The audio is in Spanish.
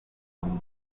hombre